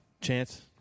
Chance